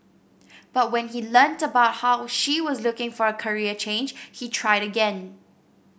but when he learnt about how she was looking for a career change he tried again